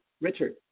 Richard